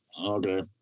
Okay